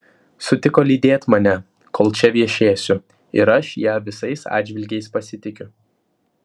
sutiko lydėt mane kol čia viešėsiu ir aš ja visais atžvilgiais pasitikiu